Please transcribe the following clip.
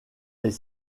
est